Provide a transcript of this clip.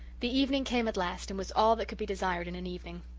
the evening came at last and was all that could be desired in an evening.